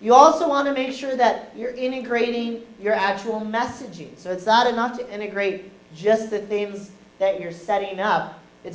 you also want to make sure that you're integrating your actual messages so it's not enough to integrate just that dave's that you're setting up it's